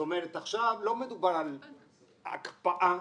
לא מדובר על הקפאה,